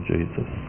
Jesus